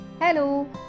Hello